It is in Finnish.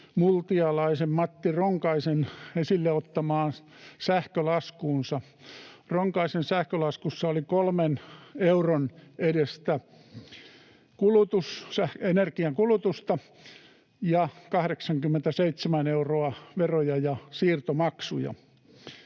multialaisen Matti Ronkaisen esille ottamaan sähkölaskuun. Ronkaisen sähkölaskussa oli 3 euron edestä energiankulutusta ja 87 euroa veroja ja siirtomaksuja.